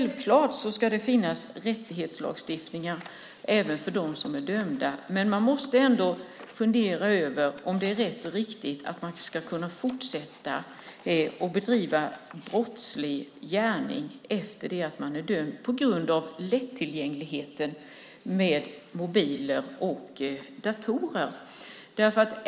Det ska självfallet finnas rättighetslagstiftningar även för dem som dömda, men man måste ändå fundera över om det är rätt och riktigt att de, på grund av lättillgängligheten till mobiler och datorer, ska kunna fortsätta med en brottslig gärning efter att de är dömda.